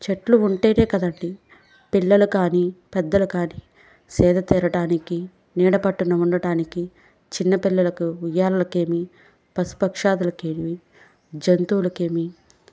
చెట్లు ఉంటేనే కదండీ పిల్లలు కానీ పెద్దలు కానీ సేద తీరడానికి నీడ పట్టున ఉండడానికి చిన్న పిల్లలకు ఉయ్యాళలకేమీ పశుపక్షాదులకేమి జంతువులకేమి